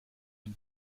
une